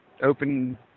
open